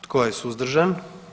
Tko je suzdržan?